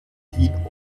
hin